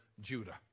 Judah